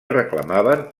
reclamaven